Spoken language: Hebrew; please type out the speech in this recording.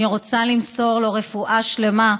אני רוצה למסור לו רפואה שלמה.